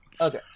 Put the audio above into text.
okay